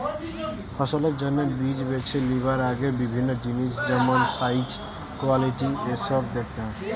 ফসলের জন্যে বীজ বেছে লিবার আগে বিভিন্ন জিনিস যেমন সাইজ, কোয়ালিটি এসোব দেখতে হয়